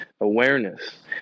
awareness